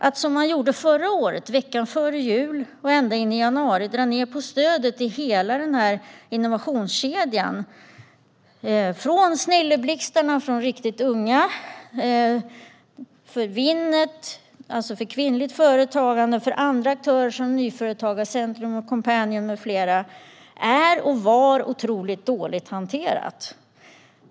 Att, som man gjorde förra året veckan före jul och ända in i januari, dra ned på stödet i hela innovationskedjan för de riktigt unga via Snilleblixtarna, för kvinnligt företagande via Winnet och för andra aktörer som Nyföretagarcentrum och Coompanion med flera är och var otroligt dåligt hanterat.